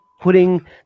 Putting